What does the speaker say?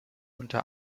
unter